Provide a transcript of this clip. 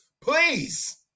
please